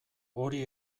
hori